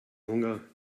hunger